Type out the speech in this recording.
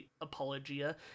apologia